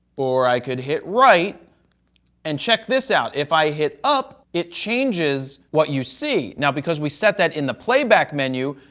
or i could hit right and check this out. if i hit up, it changes what you see, now because we set that in the playback menu,